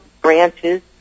branches